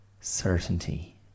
certainty